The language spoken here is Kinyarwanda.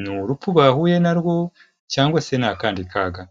ni urupfu bahuye na rwo, cyangwa se ni akandi kaga.